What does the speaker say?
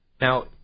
Now